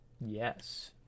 Yes